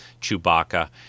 Chewbacca